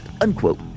Unquote